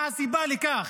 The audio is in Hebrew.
מה הסיבה לכך?